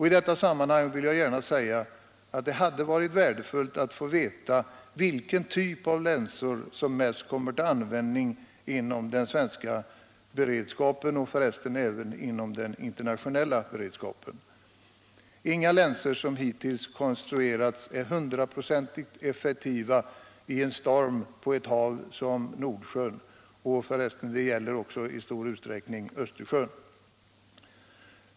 I det sammanhanget vill jag gärna säga att det hade varit värdefullt att få veta vilken typ av länsor som mest kommer till användning inom den svenska och även den internationella beredskapen. Inga länsor som hittills konstruerats är hundraprocentigt effektiva i en storm på ett hav som Nordsjön. Detta gäller f. ö. i stor utsträckning även för Östersjön.